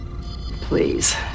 please